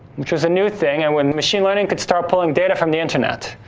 which was a new thing, and when machine learning could start pulling data from the internet,